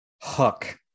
Hook